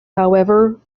however